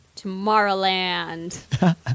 Tomorrowland